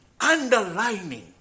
underlining